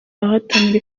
abahatanira